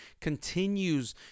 continues